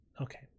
okay